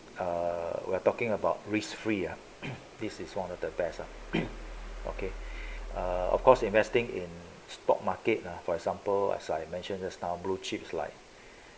err we're talking about risk free ah this is one of the best ah okay err of course investing in stock market lah for example as I mentioned just now blue chips like